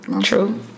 True